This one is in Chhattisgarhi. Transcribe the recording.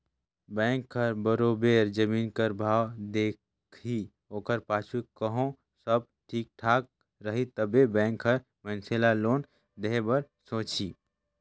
बेंक हर बरोबेर जमीन कर भाव देखही ओकर पाछू कहों सब ठीक ठाक रही तबे बेंक हर मइनसे ल लोन देहे बर सोंचही